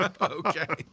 Okay